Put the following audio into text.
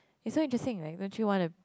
it's so interesting right don't you wanna